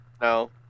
No